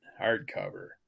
hardcover